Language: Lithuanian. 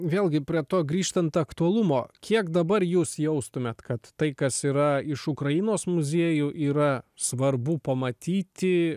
vėlgi prie to grįžtant aktualumo kiek dabar jūs jaustumėt kad tai kas yra iš ukrainos muziejų yra svarbu pamatyti